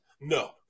No